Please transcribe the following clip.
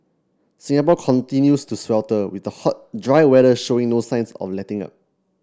Singapore continues to swelter with the hot dry weather showing no signs of letting up